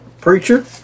preacher